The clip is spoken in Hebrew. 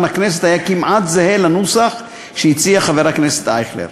הכנסת היה כמעט זהה לנוסח שהציע חבר הכנסת אייכלר.